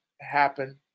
happen